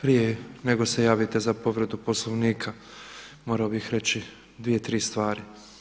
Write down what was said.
Prije nego se javite za povredu Poslovnika morao bi reći dvije, tri stvari.